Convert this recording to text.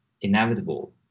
inevitable